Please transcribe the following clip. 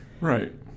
right